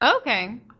Okay